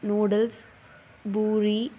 noodles puri